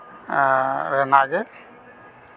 ᱨᱮᱱᱟᱜ ᱜᱮ